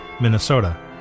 Minnesota